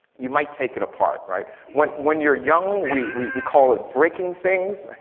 you might take it apart right? when when you're young, we we call it breaking things.